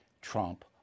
Trump